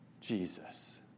Jesus